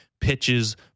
pitches